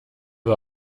war